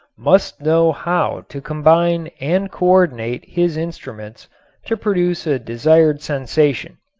must know how to combine and coordinate his instruments to produce a desired sensation.